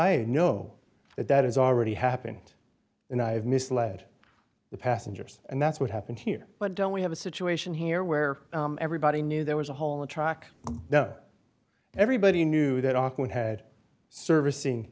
i know that that has already happened and i have misled the passengers and that's what happened here but don't we have a situation here where everybody knew there was a hole in the track no everybody knew that auckland had servicing